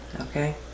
Okay